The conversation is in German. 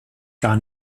gar